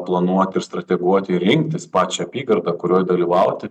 planuot ir strateguot ir rinktis pačią apygardą kurioj dalyvauti